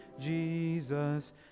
Jesus